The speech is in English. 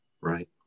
Right